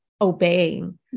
obeying